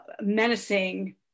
menacing